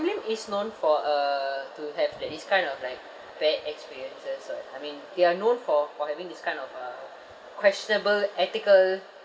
sim lim is known for uh to have like this kind of like bad experiences [what] I mean they are known for for having this kind of uh questionable ethical